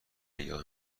ایام